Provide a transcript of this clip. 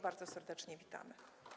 Bardzo serdecznie witamy.